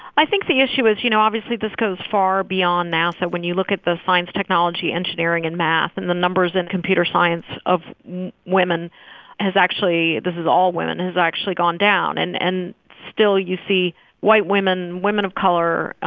i think the issue is, you know, obviously, this goes far beyond nasa. when you look at the science, technology, engineering and math and the numbers in computer science of women has actually this is all women has actually gone down. and and still you see white women, women of color,